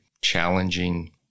challenging